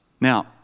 Now